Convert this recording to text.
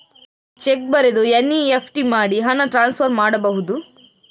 Check ಬರೆದು NEFT ಮಾಡಿ ಹಣ ಟ್ರಾನ್ಸ್ಫರ್ ಮಾಡಬಹುದು?